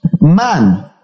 Man